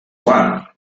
one